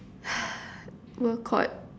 well caught